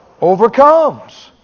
Overcomes